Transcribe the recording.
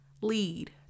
lead